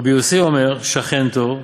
רבי יוסי אומר, שכן טוב,